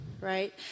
right